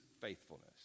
faithfulness